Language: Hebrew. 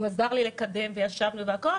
עזר לי לקדם את הנושא.